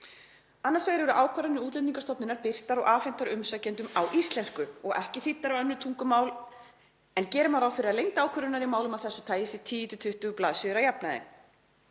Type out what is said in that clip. „Annars vegar eru ákvarðanir Útlendingastofnunar birtar og afhentar umsækjendum á íslensku og ekki þýddar á önnur tungumál en gera má ráð fyrir að lengd ákvörðunar í málum af þessu tagi sé 10–20 blaðsíður að jafnaði.